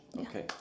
Okay